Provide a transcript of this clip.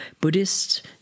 Buddhists